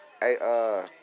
Hey